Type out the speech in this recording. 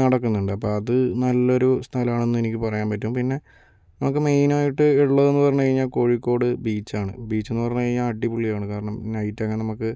നടക്കുന്നുണ്ട് അപ്പോൾ അത് നല്ലൊരു സ്ഥലമാണ് എന്ന് എനിക്ക് പറയാൻ പറ്റും പിന്നെ നമുക്ക് മെയിൻ ആയിട്ട് ഉള്ളത് എന്ന് പറഞ്ഞു കഴിഞ്ഞാൽ കോഴിക്കോട് ബീച്ചാണ് ബീച്ച് എന്ന് പറഞ്ഞു കഴിഞ്ഞാൽ അടിപൊളിയാണ് കാരണം നൈറ്റ് ഒക്കെ നമുക്ക്